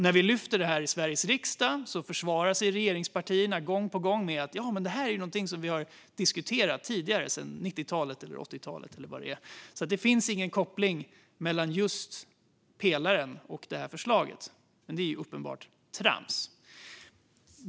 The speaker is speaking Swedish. När vi lyfter upp den frågan i Sveriges riksdag försvarar sig regeringspartierna gång på gång med: Detta är någonting som vi har diskuterat tidigare sedan 90-talet, 80-talet, eller vad det är. Det finns ingen koppling mellan just pelaren och det här förslaget. Det är uppenbart trams.